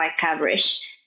coverage